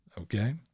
Okay